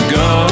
go